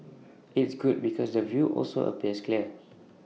it's good because the view also appears clear